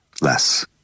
less